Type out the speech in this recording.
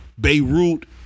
Beirut